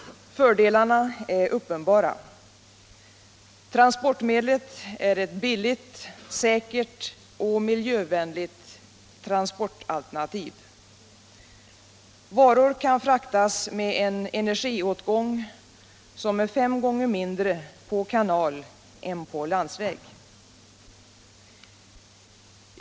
Fördelarna är uppenbara. Transportmedlet är ett billigt, säkert och miljövänligt transportalternativ. Varor kan fraktas med en energiåtgång som är fem gånger mindre på kanal än på landsväg.